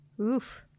Oof